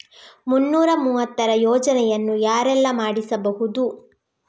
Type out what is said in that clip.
ಮುನ್ನೂರ ಮೂವತ್ತರ ಯೋಜನೆಯನ್ನು ಯಾರೆಲ್ಲ ಮಾಡಿಸಬಹುದು?